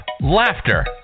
laughter